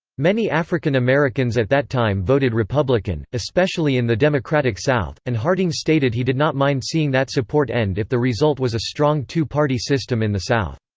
many african americans at that time voted republican, especially in the democratic south, and harding stated he did not mind seeing that support end if the result was a strong two-party system in the south.